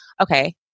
Okay